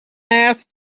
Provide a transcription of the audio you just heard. asked